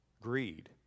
greed